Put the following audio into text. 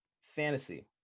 Fantasy